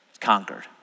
conquered